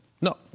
No